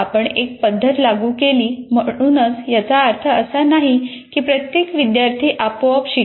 आपण एक पद्धत लागू केली म्हणूनच याचा अर्थ असा नाही की प्रत्येक विद्यार्थी आपोआप शिकेल